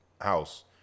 house